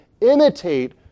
imitate